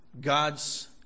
God's